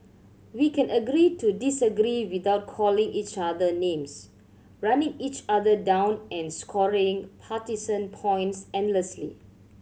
we can agree to disagree without calling each other names running each other down and scoring partisan points endlessly